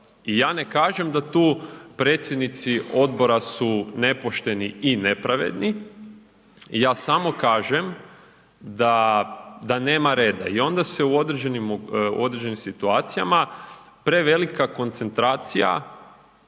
I ja ne kažem da tu predsjednici odbora su nepošteni i nepravedni, ja samo kažem da nema reda. I onda se u određenim situacijama prevelika koncentracija